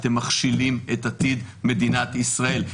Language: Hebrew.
אתם מכשילים את עתיד מדינת ישראל.